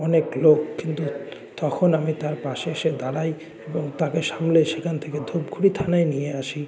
অনেক লোক কিন্তু তখন আমি তার পাশে এসে দাঁড়াই এবং তাকে সামলে সেখান থেকে ধুপগুড়ি থানায় নিয়ে আসি